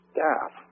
Staff